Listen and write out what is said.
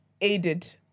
aided